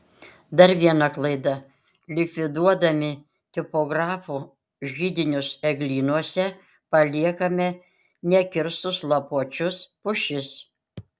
dar viena klaida likviduodami tipografų židinius eglynuose paliekame nekirstus lapuočius pušis